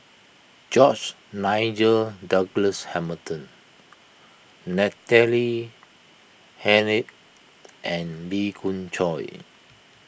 George Nigel Douglas Hamilton Natalie Hennedige and Lee Khoon Choy